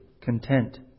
content